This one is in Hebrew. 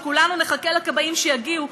כולנו נחכה לכבאים שיגיעו,